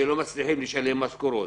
שלא מצליחים לשלם משכורות.